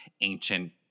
ancient